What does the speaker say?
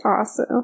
awesome